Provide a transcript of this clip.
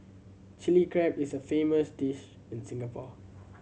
Chilli Crab is a famous dish in Singapore